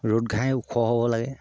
ৰ'দ ঘাই ওখ হ'ব লাগে